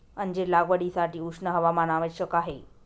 अंजीर लागवडीसाठी उष्ण हवामान आवश्यक आहे